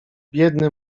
biedny